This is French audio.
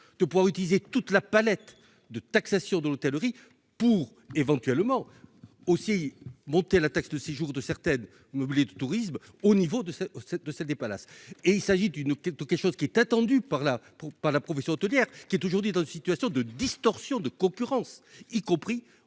de pouvoir utiliser toute la palette de taxation de l'hôtellerie pour éventuellement aussi monter la taxe de séjour de certaines de tourisme au niveau de cette de celle des palaces et il s'agit d'une ou quelque quelque chose qui est attendu par là pour pas la profession hôtelière qui est aujourd'hui dans une situation de distorsion de concurrence, y compris